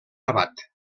abat